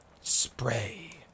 spray